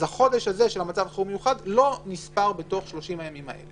החודש של מצב החירום המיוחד לא נספר בתוך 30 הימים האלה.